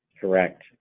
Correct